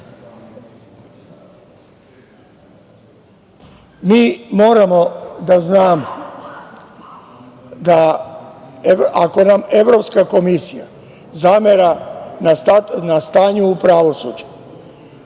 moramo da znamo, ako nam Evropska komisija zamera na stanju u pravosuđu,